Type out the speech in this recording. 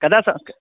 कदा सः कः